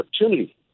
opportunity